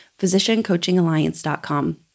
physiciancoachingalliance.com